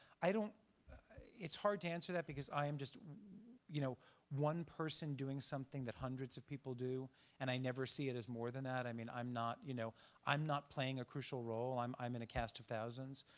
i don't it's hard to answer that, because i'm just you know one person doing something that hundreds of people do and i never see it as more than that. i mean i'm not you know i'm not playing a crucial role. i'm i'm in a cast of thousands.